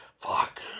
Fuck